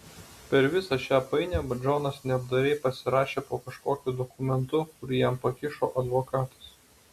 per visą šią painiavą džonas neapdairiai pasirašė po kažkokiu dokumentu kurį jam pakišo advokatas